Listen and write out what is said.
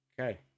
Okay